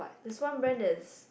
there's one brand that's